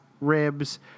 ribs